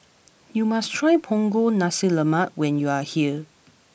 you must try Punggol Nasi Lemak when you are here